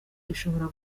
ishobora